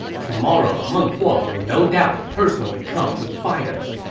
tomorrow meng huo will no doubt personally come to fight us.